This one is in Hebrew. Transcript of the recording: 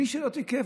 מי שלא תיקף,